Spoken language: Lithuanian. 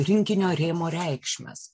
rinkinio rėmo reikšmes